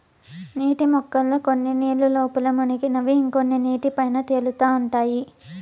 నీటి మొక్కల్లో కొన్ని నీళ్ళ లోపల మునిగినవి ఇంకొన్ని నీటి పైన తేలుతా ఉంటాయి